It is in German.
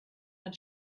man